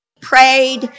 prayed